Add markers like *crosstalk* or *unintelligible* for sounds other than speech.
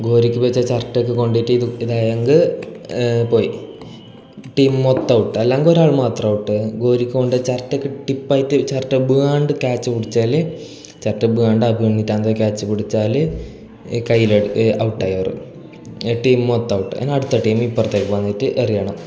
ഗോരിക്കു വെച്ച ചിരട്ടയൊക്കെ കൊണ്ടിട്ട് ഇത് ഇതായെങ്കിൽ പോയി ടീം മൊത്തം ഔട്ട് അല്ലെങ്കിൽ ഒരാൾ മാത്രം ഔട്ട് ഗോരിക്ക് കൊണ്ട ചിരട്ടക്ക് ടിപ്പായി ചിരട്ട ബീയാണ്ട് ക്യാച്ച് പിടിച്ചാൽ ചിരട്ട ബീയാണ്ട് ആയിട്ട് *unintelligible* ക്യാ ച്ച് പിടിച്ചാൽ കൈലൊ ഔട്ടായി അവർ എ ടീം മൊത്തം ഔട്ട് ഇനി അടുത്ത ടീം ഇപ്പുറത്തു വന്നിട്ട് എറിയണം